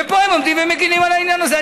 ופה הם עומדים ומגינים על העניין הזה.